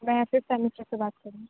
میں آپ سے سیمسٹر سے بات کر رہی ہوں